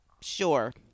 sure